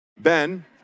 Ben